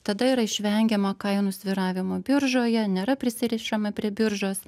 tada yra išvengiama kainų svyravimo biržoje nėra prisirišama prie biržos